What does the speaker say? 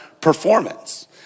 performance